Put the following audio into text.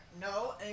No